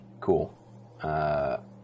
cool